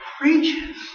Preaches